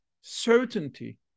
certainty